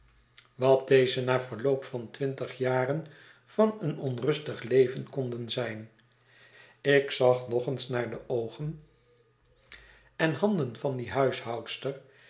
wat deze na verloop van oboote veewachtingen twintig jaren van een onrustig leven konden zijn ik zag nog eens naar de oogen en handen van die huishoudster